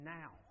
now